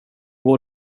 går